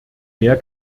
mehr